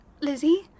Lizzie